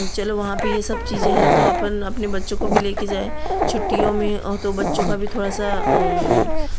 चलो वहाँ पर यह सब चीज़ें हैं तो अपन अपने बच्चों को भी लेकर जाएँ छुट्टियों में तो बच्चों का भी थोड़ा सा